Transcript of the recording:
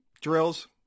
drills